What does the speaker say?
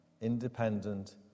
independent